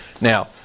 Now